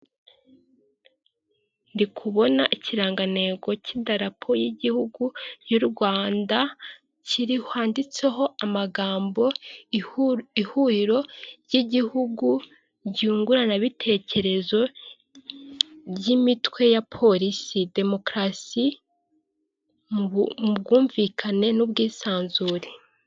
Ndi kubona ikirangantego cy'idarapo y'igihugu y'u Rwanda kiriho handitseho amagambo ihuriro ry'igihugu ryunguranabitekerezo ry'imitwe ya polise demokarasi mu bwumvikane n'ubwisanzure.